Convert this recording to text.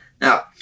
Now